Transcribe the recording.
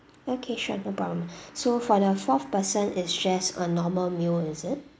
okay sure no problem so for the fourth person is just a normal meal is it